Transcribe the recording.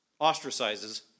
ostracizes